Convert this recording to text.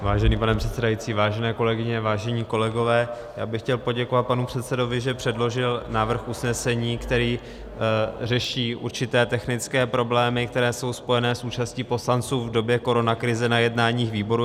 Vážený pane předsedající, vážené kolegyně, vážení kolegové, já bych chtěl poděkovat panu předsedovi, že předložil návrh usnesení, který řeší určité technické problémy, které jsou spojené s účastí poslanců v době koronakrize na jednání výborů.